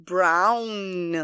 Brown